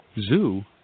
Zoo